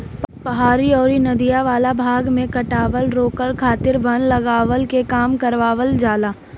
पहाड़ी अउरी नदियों वाला भाग में कटाव रोके खातिर वन लगावे के काम करवावल जाला